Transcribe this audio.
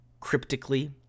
cryptically